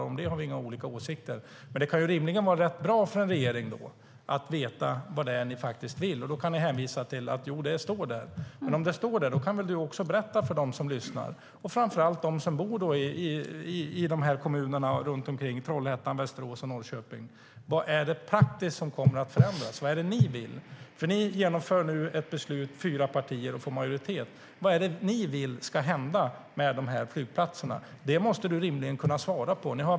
Om det har vi inga olika åsikter, men det kan rimligen vara rätt bra för en regering att veta vad det är ni faktiskt vill, och då kan ni hänvisa till att, jo, det står där. Men om det står där kan väl Siv Holma berätta för dem som lyssnar och framför allt för dem som bor i Trollhättan, Västerås och Norrköping: Vad är det praktiskt som kommer att förändras? Vad är det ni vill Ni fyra partier som får majoritet fattar nu ett beslut. Vad är det ni vill ska hända med de här flygplatserna? Det måste du rimligen kunna svara på.